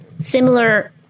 Similar